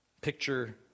Picture